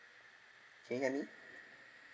can you hear me